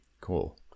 Cool